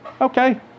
okay